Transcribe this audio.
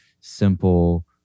simple